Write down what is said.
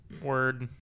Word